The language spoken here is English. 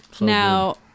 Now